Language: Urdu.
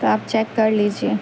تو آپ چیک کر لیجیے